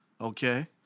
okay